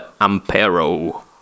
Ampero